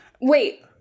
Wait